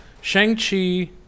Shang-Chi